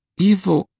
evil?